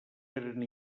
eren